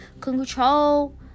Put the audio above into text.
control